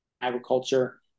agriculture